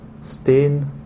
stain